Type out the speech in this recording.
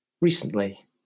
Recently